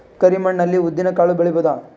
ಕರಿ ಮಣ್ಣ ಅಲ್ಲಿ ಉದ್ದಿನ್ ಕಾಳು ಬೆಳಿಬೋದ?